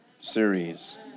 series